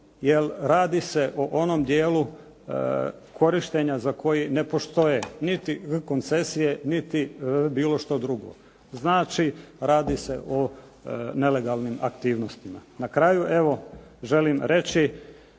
radi se o onom dijelu korištenja za koji ne postoje niti koncesije niti bilo što drugo. Znači, radi se o nelegalnim aktivnostima. Na kraju evo želim reći